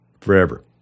forever